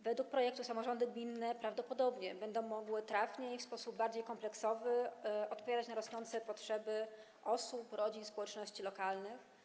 Według projektu samorządy gminne prawdopodobnie będą mogły trafniej, w sposób bardziej kompleksowy odpowiadać na rosnące potrzeby osób, rodzin, społeczności lokalnych.